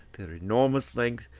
their enormous length,